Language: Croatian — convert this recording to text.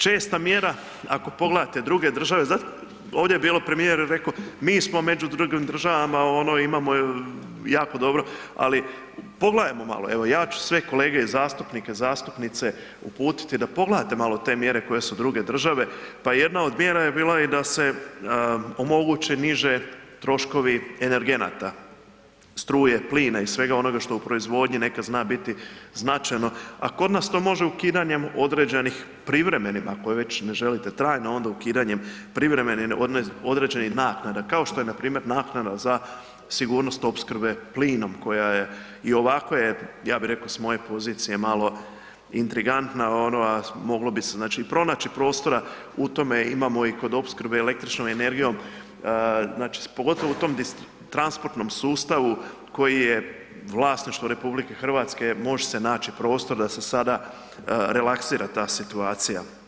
Česta mjera ako pogledate druge države, ovdje je bilo premijer je rekao mi smo među drugim državama, ovo-ono, imamo jako dobro, ali pogledajmo malo, evo ja ću sve kolege zastupnike i zastupnice uputiti da pogledate malo te mjere koje su druge države, pa jedan od mjera je bila i da se omogući niže troškovi energenata, struje, plina i svega onoga što u proizvodnji nekad zna biti značajno, a kod nas to može ukidanjem određenih, privremenim ako ih već ne želite trajno, onda ukidanjem privremenih određenih naknada, kao što je na primjer naknada za sigurnost opskrbe plinom koja je, i ovako je, ja bih rekao s moje pozicije malo intrigantna ono, a moglo bi se znači i pronaći prostora u tome, imamo i kod opskrbe električnom energijom, znači pogotovo u tom transportnom sustavu koji je vlasništvo Republike Hrvatske, može se naći prostor da se sada relaksira ta situacija.